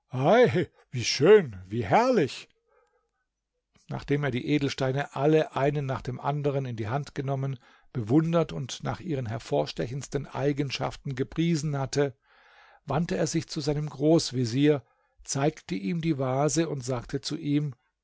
wie schön wie herrlich nachdem er die edelsteine alle einen nach dem anderen in die hand genommen bewundert und nach ihren hervorstechendsten eigenschaften gepriesen hatte wandte er sich zu seinem großvezier zeigte ihm die vase und sagte zu ihm